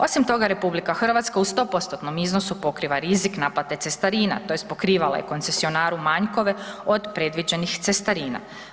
Osim toga RH u 100%-tnom iznosu pokriva rizik naplate cestarina tj. pokrivala je koncesionaru manjkove od predviđenih cestarina.